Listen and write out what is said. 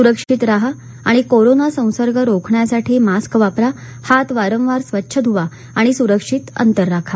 सुरक्षित राहा आणि कोरोना संसर्ग रोखण्यासाठी मास्क वापरा हात वारंवार स्वच्छ ध्वा आणि सुरक्षित अंतर राखा